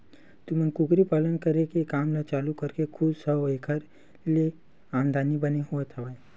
तुमन कुकरी पालन करे के काम ल चालू करके खुस हव ऐखर ले आमदानी बने होवत हवय?